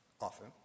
often